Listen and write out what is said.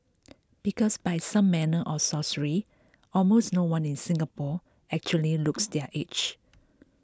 because by some manner of sorcery almost no one in Singapore actually looks their age